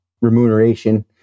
remuneration